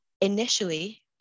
initially